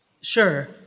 Sure